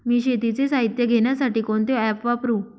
मी शेतीचे साहित्य घेण्यासाठी कोणते ॲप वापरु?